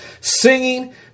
singing